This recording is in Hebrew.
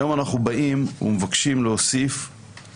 היום אנחנו באים ומבקשים להוסיף